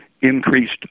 Increased